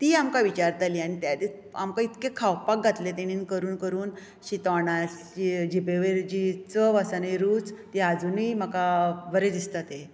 ती आमकां विचारताली आनी कितले खावपाक घातलें ताणी करून करून जी तोंडाची जिबेची चव आसा न्ही रूच ती आजुनूय म्हाका बरें दिसता तें